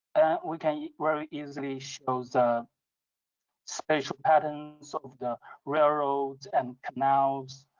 we can very easily show the spatial patterns of the railroads and canals.